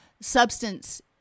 substance